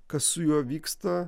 kas su juo vyksta